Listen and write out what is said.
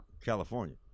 California